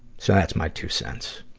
so that's my two cents.